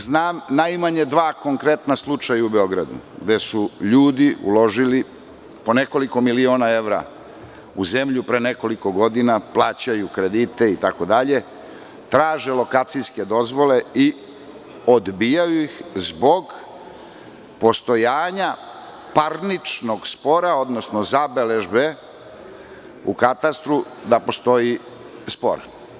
Znam najmanje dva konkretna slučaja u Beogradu, gde su ljudi uložili po nekoliko miliona evra u zemlju, pre nekoliko godina, plaćaju kredite itd, traže lokacijske dozvole i odbijaju ih zbog postojanja parničnog spora, odnosno zabeležbe u katastru da postoji spor.